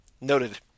noted